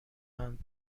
اند